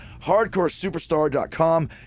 HardcoreSuperstar.com